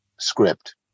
script